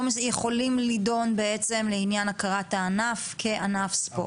יכולים לדון בעצם לעניין הכרת הענף כענף ספורט.